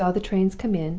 saw the trains come in,